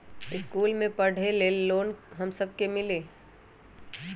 इश्कुल मे पढे ले लोन हम सब के मिली?